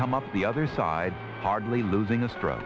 come up the other side hardly losing a stroke